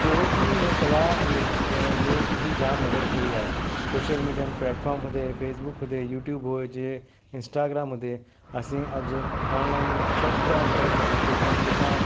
प्रौद्योगी ने कला उद्योग जी जाम मदद कई आहे सोशल मीडिया में प्लेटफ़ॉम हुजे फ़ेसबुक हुजे यूट्यूब हुजे इंस्टाग्राम हुजे असीं अॼु ऑनलाइन सभु था करे सघूं किथां किथां